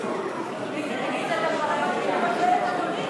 שמצא את התשובה הנכונה לחוק הנכון,